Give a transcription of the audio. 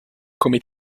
come